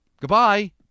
goodbye